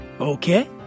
Okay